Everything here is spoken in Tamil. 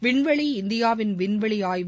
விண்வெளி இந்தியாவின் விண்வெளி ஆய்வு